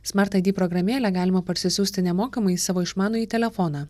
smart id programėlę galima parsisiųsti nemokamai į savo išmanųjį telefoną